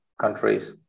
countries